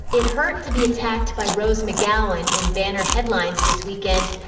it hurt to be attacked by rose mcgowan in banner headlines this weekend,